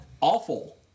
Awful